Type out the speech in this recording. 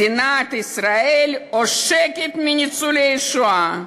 מדינת ישראל עושקת את ניצולי השואה.